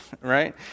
right